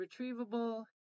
retrievable